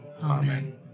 Amen